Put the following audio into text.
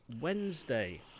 wednesday